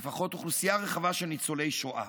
לפחות אוכלוסייה רחבה, של ניצולי שואה.